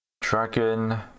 Dragon